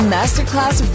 Masterclass